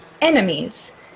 enemies